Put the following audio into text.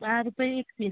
दहा रुपये एक पीस